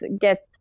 get